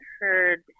heard